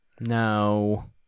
No